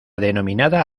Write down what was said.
denominada